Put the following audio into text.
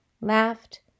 laughed